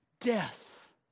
death